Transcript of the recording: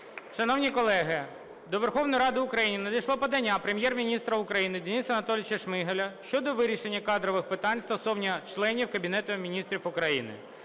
Шановні колеги, до Верховної Ради України надійшло подання Прем'єр-міністра України Дениса Анатолійовича Шмигаля щодо вирішення кадрових питань стосовно членів Кабінету Міністрів України.